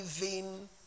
living